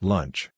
Lunch